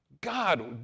God